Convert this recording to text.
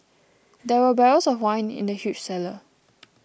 there were barrels of wine in the huge cellar